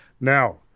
Now